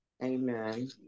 Amen